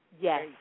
Yes